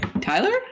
Tyler